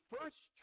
first